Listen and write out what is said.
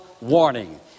warning